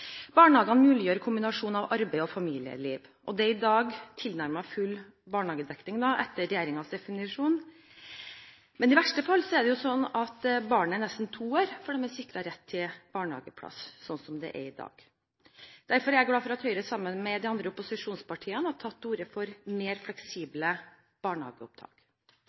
barnehagene til kommunene. Barnehagene muliggjør kombinasjonen av arbeid og familieliv. Det er i dag tilnærmet full barnehagedekning, etter regjeringens definisjon. Men i verste fall er barnet nesten to år før det er sikret barnehageplass, slik det er i dag. Derfor er jeg glad for at Høyre sammen med de andre opposisjonspartiene har tatt til orde for mer fleksible barnehageopptak.